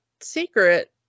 secret